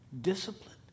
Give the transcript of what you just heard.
discipline